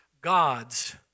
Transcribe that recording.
God's